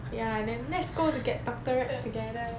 ya then let's go to get doctorates together